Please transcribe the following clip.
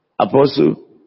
Apostle